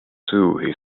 sue